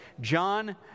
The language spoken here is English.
John